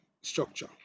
structure